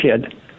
kid